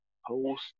Host